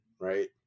right